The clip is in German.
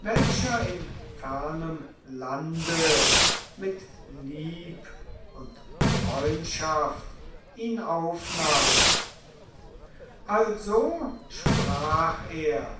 welcher in fernem lande mit lieb und freundschaft ihn aufnahm also sprach er